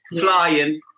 flying